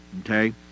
okay